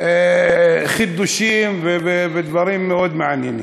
חידושים ודברים מאוד מעניינים.